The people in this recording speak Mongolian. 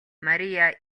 мария